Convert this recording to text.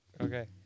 Okay